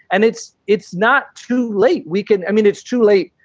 and it's it's not too late. we can i mean, it's too late.